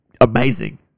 amazing